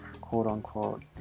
quote-unquote